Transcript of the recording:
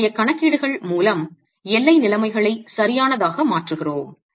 நம்முடைய கணக்கீடுகள் மூலம் எல்லை நிலைமைகளை சரியானதாக மாற்றுகிறோம்